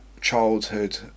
childhood